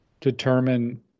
determine